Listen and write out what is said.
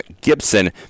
Gibson